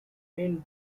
main